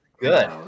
Good